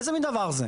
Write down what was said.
מה זה הדבר הזה?